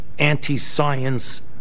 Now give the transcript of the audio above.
anti-science